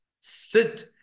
sit